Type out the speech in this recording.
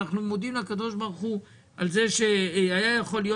אנחנו מודים לקב"ה על זה שהיה יכול להיות